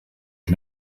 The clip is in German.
ich